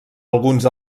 alguns